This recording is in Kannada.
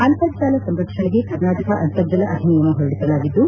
ಅಂತರ್ಜಲ ಸಂರಕ್ಷಣೆಗೆ ಕರ್ನಾಟಕ ಅಂತರ್ಜಲ ಅಧಿನಿಯಮ ಹೊರಡಿಸಲಾಗಿದ್ದು